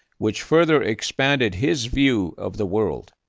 which further expanded his view of the world.